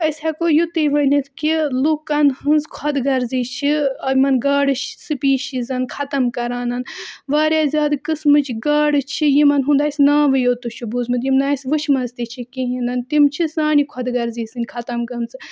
أسۍ ہیٚکو یُتُے ؤنِتھ کہِ لُکَن ہٕنٛز خۄد غرضی چھِ یِمَن گاڈٕ سٕپیٖشیٖزَن ختم کَران واریاہ زیادٕ قٕسمہٕ چہِ گاڈٕ چھِ یِمَن ہُنٛد اَسہِ ناوٕے یوتُے چھُ بوٗزمُت یِم نہٕ اَسہِ وٕچھمَژٕ تہِ چھِ کِہیٖنۍ نہٕ تِم چھِ سانہِ خۄد غرضی سۭتۍ ختم گٔمژٕ